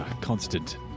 constant